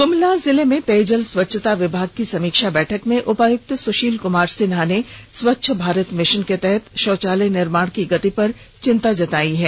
ग्मला जिले में पेयजल स्वच्छता विभाग की समीक्षा बैठक में उपायुक्त सुशील कुमार सिन्हा ने स्वच्छ भारत मिशन के तहत शौचालय निर्माण की गति पर चिंता जतायी है